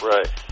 Right